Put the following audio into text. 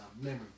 memory